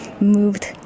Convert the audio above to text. moved